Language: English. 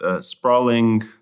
sprawling